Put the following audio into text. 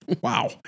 Wow